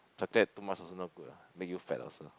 chocolate too much also not good ah make you fat also